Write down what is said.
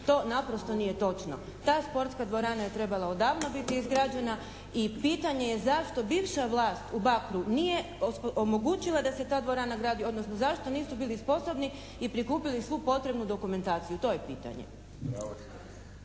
To naprosto nije točno. Ta sportska dvorana je odavno trebala biti izgrađena i pitanje je zašto bivša vlast u Bakru nije omogućila da se ta dvorana gradi odnosno zašto nisu bili sposobni i prikupili svu potrebnu dokumentaciju. To je pitanje.